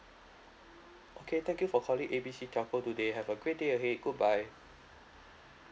okay thank you for calling A B C telco today have a great day ahead goodbye